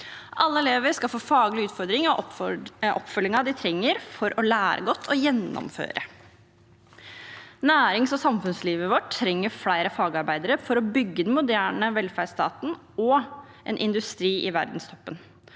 Alle elever skal få faglige utfordringer og oppfølgingen de trenger for å lære godt og gjennomføre. Nærings- og samfunnslivet vårt trenger flere fagarbeidere for å bygge den moderne velferdsstaten og en industri i verdenstoppen.